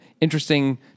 interesting